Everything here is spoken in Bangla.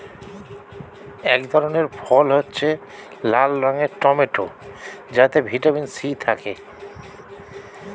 এক ধরনের ফল হচ্ছে লাল রঙের টমেটো যাতে ভিটামিন সি থাকে